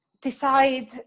decide